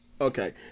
Okay